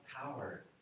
power